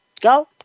Go